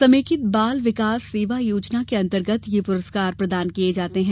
समेकित बाल विकास सेवा योजना के अंतर्गत ये पुरस्कार प्रदान किए जाते हैं